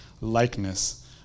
likeness